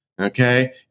Okay